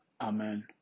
Amen